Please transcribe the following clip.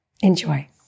Enjoy